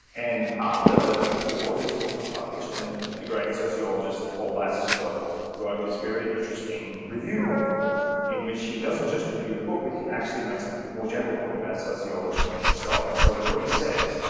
and after the war this book was published, and the great sociologist paul lazarsfeld wrote this very interesting review of the book in which he doesn't just review the book but he actually makes a more general point about sociology itself. and so what he says,